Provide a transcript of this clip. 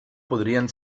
podrien